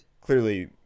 clearly